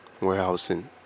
warehousing